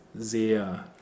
sehr